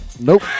Nope